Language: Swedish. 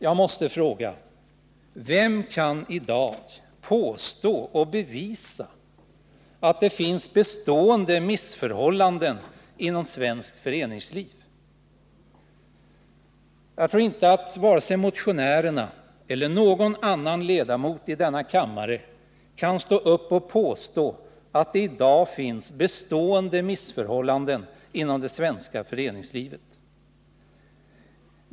Jag måste fråga: Vem kan i dag påstå och bevisa att det finns bestående missförhållanden inom svenskt föreningsliv? Jag tror inte att vare sig motionärerna eller någon annan ledamot i denna kammare kan stå upp här och påstå att det i dag finns bestående missförhållanden inom det svenska föreningslivet.